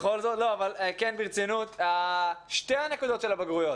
רגע, שתי הנקודות של הבגרויות